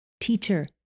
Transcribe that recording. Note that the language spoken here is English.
teacher